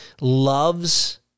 loves